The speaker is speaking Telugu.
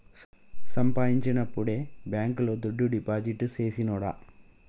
సంపాయించినప్పుడే బాంకీలో దుడ్డు డిపాజిట్టు సెయ్ సిన్నోడా